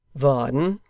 varden,